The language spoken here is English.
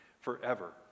forever